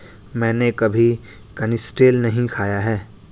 मैंने कभी कनिस्टेल नहीं खाया है